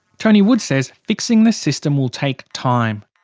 tony wood says fixing the system will take time.